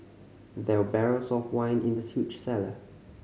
there were barrels of wine in this huge cellar